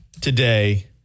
today